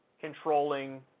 controlling